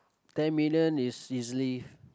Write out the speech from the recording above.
ten million is easily